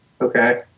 okay